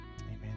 Amen